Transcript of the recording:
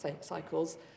cycles